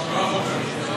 לא החוקרים.